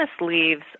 leaves